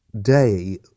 day